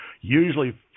Usually